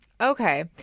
Okay